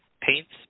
paints